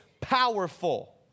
powerful